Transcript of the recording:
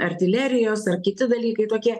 artilerijos ar kiti dalykai tokie